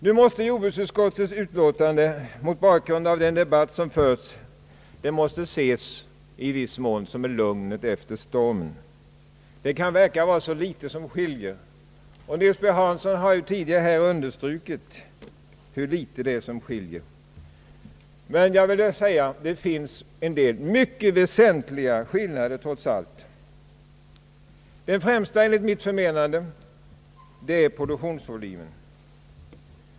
Nu måste jordbruksutskottets utlåtande, mot bakgrund av den debatt som förts, i viss mån ses som lugnet efter stormen. Det kan verka att vara så litet som skiljer. Herr Nils Hansson har ju tidigare här understrukit hur litet det är som skiljer, men jag vill säga att det trots allt föreligger en del mycket väsentliga skillnader. Den främsta gäller enligt mitt förmenande produktionsvolymen.